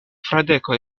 fradeko